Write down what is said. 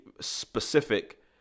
specific